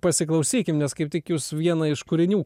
pasiklausykim nes kaip tik jūs vieną iš kūrinių